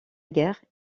guerre